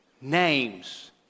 Names